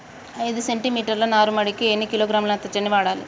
ఐదు సెంటి మీటర్ల నారుమడికి ఎన్ని కిలోగ్రాముల నత్రజని వాడాలి?